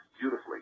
beautifully